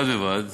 בד-בבד